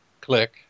click